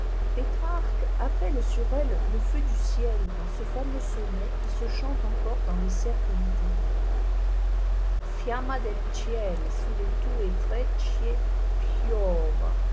appelle sur elle le feu du ciel dans ce fameux sonnet qui se chante encore dans les cercles littéraires jiamma del ciel